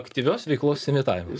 aktyvios veiklos imitavimas